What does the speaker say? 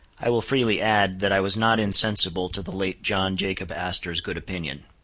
i will freely add, that i was not insensible to the late john jacob astor's good opinion.